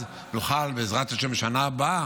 אז, בעזרת השם, בשנה הבאה,